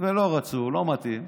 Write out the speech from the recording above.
ולא רצו, לא מתאים.